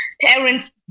parents